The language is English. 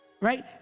Right